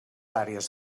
àrees